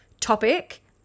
topic